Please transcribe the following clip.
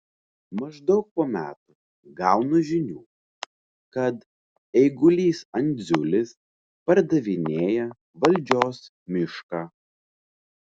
maždaug po metų gaunu žinių kad eigulys andziulis pardavinėja valdžios mišką